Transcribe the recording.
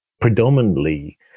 predominantly